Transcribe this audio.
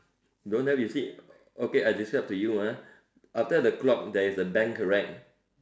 don't have you see okay I describe to you ah after the clock there's a bank correct